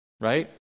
right